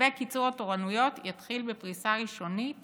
מתווה קיצור התורנויות יתחיל בפריסה ראשונית